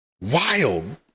Wild